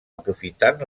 aprofitant